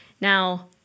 Now